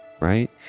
right